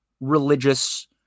religious